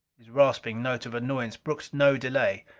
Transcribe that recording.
his rasping note of annoyance brooked no delay.